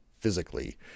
physically